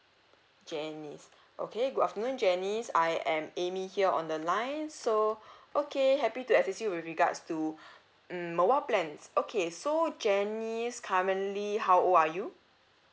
janice okay good afternoon janice I am amy here on the line so okay happy to assist you with regards to mm mobile plans okay so janice currently how old are you